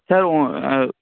sir